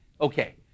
okay